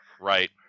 right